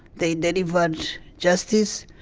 they delivered justice.